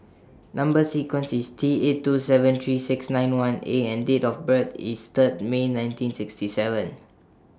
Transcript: Number sequence IS T eight two seven three six nine one A and Date of birth IS Third May nineteen sixty seven